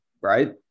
right